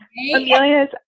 Amelia's